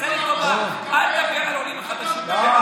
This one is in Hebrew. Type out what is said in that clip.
תעשה לי טובה, אל תדבר על עולים חדשים, תדבר